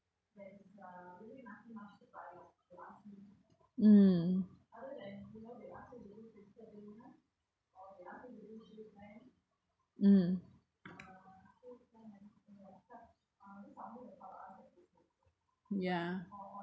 mm mm ya